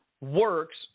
works